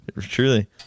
Truly